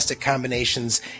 combinations